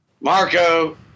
Marco